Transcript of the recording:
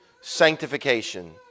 Sanctification